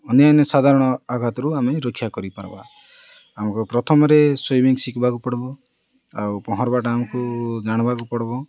ଅନ୍ୟାନ୍ୟ ସାଧାରଣ ଆଘାତରୁ ଆମେ ରକ୍ଷା କରି ପାର୍ବା ଆମକୁ ପ୍ରଥମରେ ସୁମିଂ ଶିଖିବାକୁ ପଡ଼ିବ ଆଉ ପହଁରିବାଟା ଆମକୁ ଜାଣିବାକୁ ପଡ଼ିବ